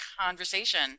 conversation